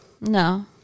No